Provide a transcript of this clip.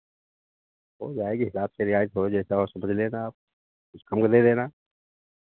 हो जाएगी हिसाब से रियायत हो जैसा हाे समझ लेना आप कुछ कम दे देना